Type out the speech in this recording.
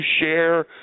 share